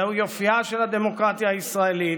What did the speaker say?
זהו יופייה של הדמוקרטיה הישראלית.